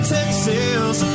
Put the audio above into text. Texas